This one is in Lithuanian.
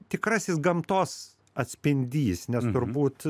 tikrasis gamtos atspindys nes turbūt